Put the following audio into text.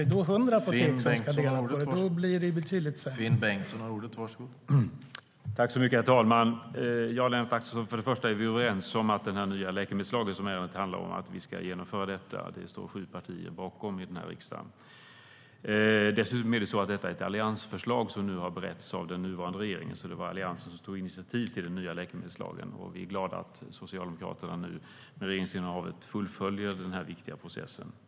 Men om hundra apotek ska dela på dem blir det betydligt sämre.